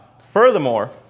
Furthermore